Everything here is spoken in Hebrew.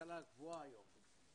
ההשכלה הגבוהה דהיום,